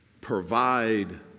provide